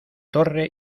torre